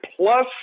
plus